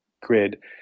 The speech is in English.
grid